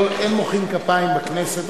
אין מוחאים כפיים בכנסת,